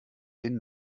den